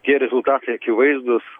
tie rezultatai akivaizdūs